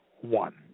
one